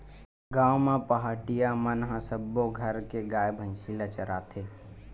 गाँव म पहाटिया मन ह सब्बो घर के गाय, भइसी ल चराथे